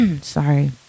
sorry